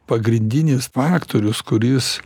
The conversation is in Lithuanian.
pagrindinis faktorius kuris